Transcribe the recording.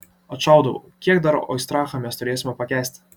atšaudavau kiek dar oistrachą mes turėsime pakęsti